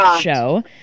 show